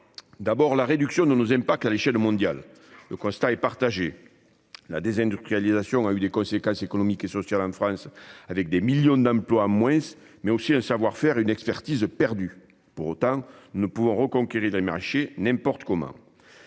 souhaitez réduire nos impacts à l'échelle mondiale. Le constat est partagé : la désindustrialisation a eu pour conséquences économiques et sociales, en France, la perte de millions d'emplois, mais aussi d'un savoir-faire et d'une expertise. Pour autant, nous ne pouvons pas reconquérir les marchés n'importe comment.